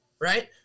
Right